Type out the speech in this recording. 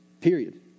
Period